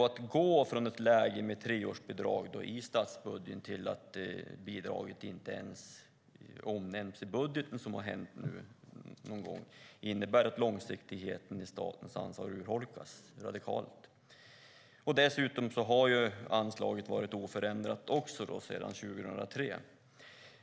Att gå från ett läge med treårsbidrag i statsbudgeten till att bidraget inte ens omnämns i budgeten innebär att långsiktigheten i statens ansvar urholkas radikalt. Dessutom har anslaget varit oförändrat sedan 2003. Herr talman!